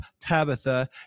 Tabitha